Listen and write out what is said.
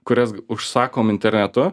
kurias užsakom internetu